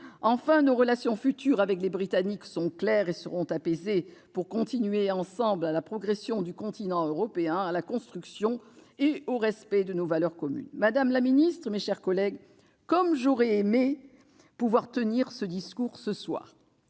Enfin, nos relations futures avec les Britanniques seront claires et apaisées pour que nous contribuions ensemble à la progression du continent européen, à la construction et au respect de nos valeurs communes. » Madame la secrétaire d'État, mes chers collègues, comme j'aurais aimé pouvoir tenir ce discours ce soir